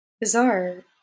bizarre